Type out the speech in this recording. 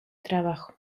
trabajo